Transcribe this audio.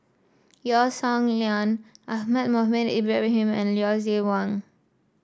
Yeo Song Nian Ahmad Mohamed Ibrahim and Lucien Wang